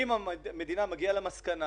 אם המדינה מגיעה למסקנה